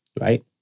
right